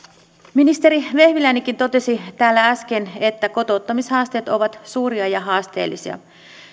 ministeri vehviläinenkin totesi täällä äsken että kotouttamishaasteet ovat suuria ja haasteellisia